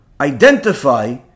identify